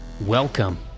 Welcome